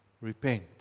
Repent